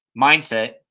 mindset